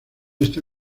está